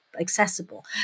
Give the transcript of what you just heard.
accessible